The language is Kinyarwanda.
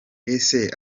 ese